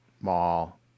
mall